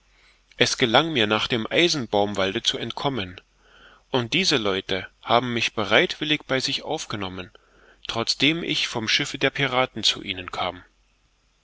es gelang mir nach dem eisenbaumwalde zu entkommen und diese leute haben mich bereitwillig bei sich aufgenommen trotzdem ich vom schiffe der piraten zu ihnen kam